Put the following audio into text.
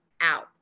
out